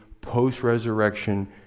post-resurrection